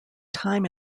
time